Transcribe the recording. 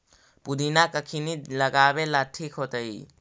पुदिना कखिनी लगावेला ठिक होतइ?